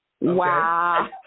Wow